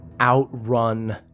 outrun